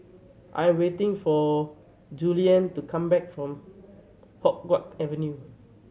I am waiting for Julianne to come back from Hua Guan Avenue